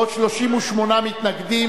בעוד 38 מתנגדים,